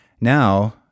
Now